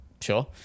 Sure